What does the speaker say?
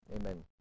amen